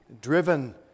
driven